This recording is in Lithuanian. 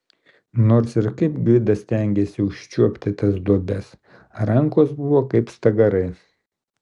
nors ir kaip gvidas stengėsi užčiuopti tas duobes rankos buvo kaip stagarai